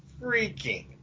freaking